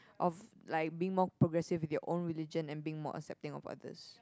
of like being more progressive with your own religion and being more accepting of others